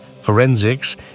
forensics